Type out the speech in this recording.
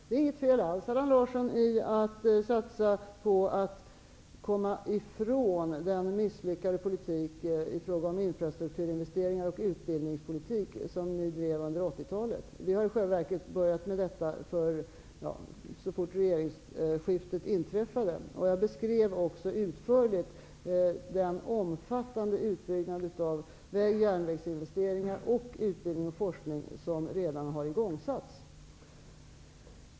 Det är inget fel alls, Allan Larsson, i att satsa på att komma ifrån den misslyckade politik i fråga om infrastrukturinvesteringar och utbildningspolitik som ni drev under 80-talet. Vi började i själva verket med detta så fort regeringsskiftet ägt rum. Jag beskrev utförligt den omfattande utbyggnad av väg och järnvägsinvesteringar och av utbildning och forskning som redan har i gångsatts.